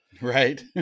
right